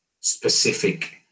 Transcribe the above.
specific